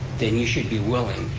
then you should be willing,